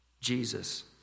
Jesus